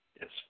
yes